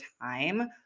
time